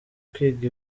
kwiga